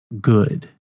good